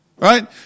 Right